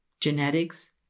genetics